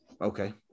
Okay